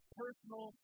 personal